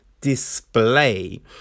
display